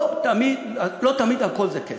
לא תמיד הכול זה כסף.